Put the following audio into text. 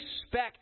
expect